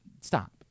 stop